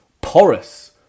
porous